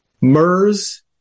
MERS